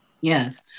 Yes